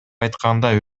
айтканда